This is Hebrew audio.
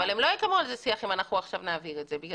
אבל הם לא יקיימו על זה שיח אם אנחנו עכשיו נעביר את זה.